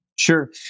Sure